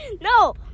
No